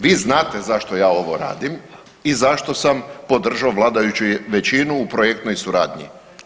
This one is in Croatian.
Vi znate zašto ja ovo radim i zašto sam podržao vladajuću većinu u projektnoj suradnji.